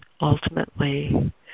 ultimately